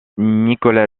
nicolas